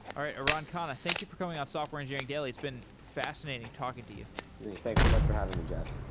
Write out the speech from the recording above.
all right. aran khanna, thank you for coming on software engineering daily. it's been fascinating talking to you thanks so much for having me, jeff.